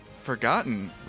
forgotten